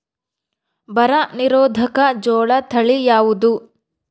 ಬರ ನಿರೋಧಕ ಜೋಳ ತಳಿ ಯಾವುದು?